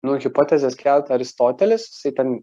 nu hipotezes kelt aristotelis jisai ten